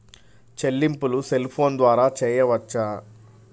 చెల్లింపులు cell phone ద్వారా చేయవచ్చా?